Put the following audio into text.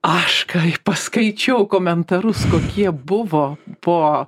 aš kai paskaičiau komentarus kokie buvo po